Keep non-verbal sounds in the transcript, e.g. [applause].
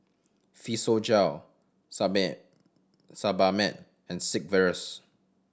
Physiogel [unintelligible] Sebamed and Sigvaris